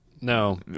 No